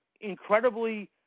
incredibly